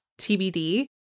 TBD